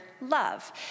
love